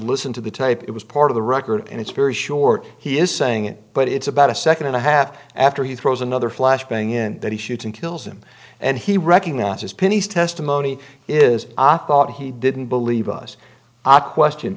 listen to the tape it was part of the record and it's very short he is saying it but it's about a second and a half after he throws another flash bang in that he shoots and kills him and he recognizes pinney's testimony is i thought he didn't believe us